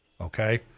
Okay